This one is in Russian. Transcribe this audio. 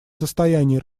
состоянии